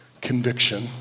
conviction